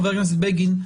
חבר הכנסת בגין,